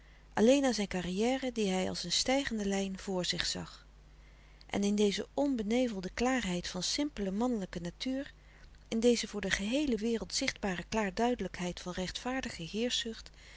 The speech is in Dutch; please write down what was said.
alleen aan zijn carrière die hij als een stijgende lijn vr zich zag en in deze onbenevelde klaarheid van simpele mannelijke natuur in deze voor de geheele wereld zichtbare klaarduidelijkheid van rechtvaardige